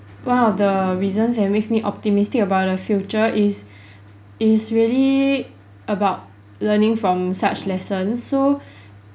one of the reasons that makes me optimistic about the future is is really about learning from such lessons so